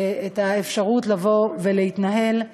האפשרות להתנהל,